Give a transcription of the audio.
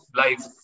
life